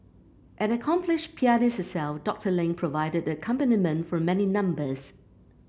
an accomplished pianist herself Doctor Ling provided the accompaniment for many numbers